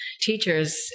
teachers